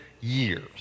years